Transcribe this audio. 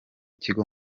kigo